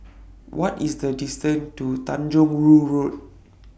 What IS The distance to Tanjong Rhu Road